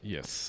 Yes